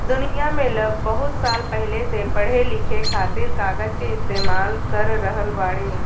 दुनिया में लोग बहुत साल पहिले से पढ़े लिखे खातिर कागज के इस्तेमाल कर रहल बाड़े